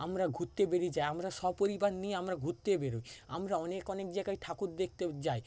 আমরা ঘুরতে বেরিয়ে যাই আমরা সপরিবার নিয়ে আমরা ঘুরতে বের হই আমরা অনেক অনেক জায়গায় ঠাকুর দেখতেও যাই